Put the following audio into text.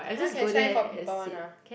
!huh! can sign for people [one] ah